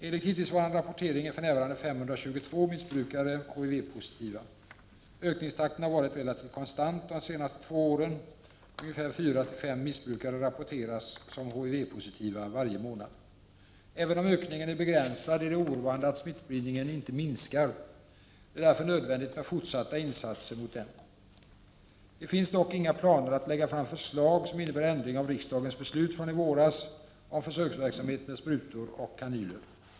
Enligt hittillsvarande rapportering är för närvarande 522 missbrukare HIV-positiva. Ökningstakten har varit relativt konstant de senaste två åren. Ungefär 4-5 missbrukare rapporteras som HIV-positiva varje månad. Även om ökningen är begränsad är det oroande att smittspridningen inte minskar. Det är därför nödvändigt med fortsatta insatser mot den. Det finns dock inga planer på att lägga fram förslag som innebär ändring av riksdagens beslut från i våras om försöksverksamhet med sprutor och kanyler.